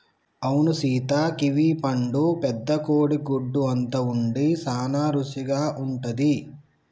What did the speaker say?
అవును సీత కివీ పండు పెద్ద కోడి గుడ్డు అంత ఉండి సాన రుసిగా ఉంటది